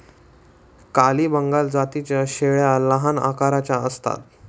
काली बंगाल जातीच्या शेळ्या लहान आकाराच्या असतात